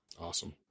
Awesome